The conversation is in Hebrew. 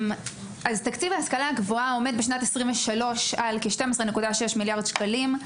תקציב ההשכלה הגבוהה עומד בשנת 2023 על כ-12.6 מיליארד שקלים.